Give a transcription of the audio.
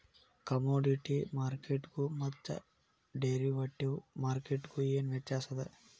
Commodity ಮಾರ್ಕೆಟ್ಗು ಮತ್ತ derivative ಮಾರ್ಕೆಟ್ಗು ಏನ್ ವ್ಯತ್ಯಾಸದ?